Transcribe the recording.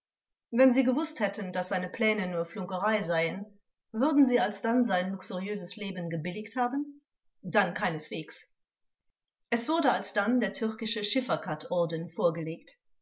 wenn sie gewußt hätten daß seine pläne nur flunkerei seien würden sie alsdann sein luxuriöses leben gebilligt haben zeugin dann keineswegs es wurde alsdann der türkische schifferkat orden vorgelegt